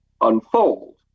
unfold